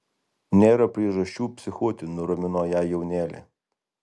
nėra priežasčių psichuoti nuramino ją jaunėlė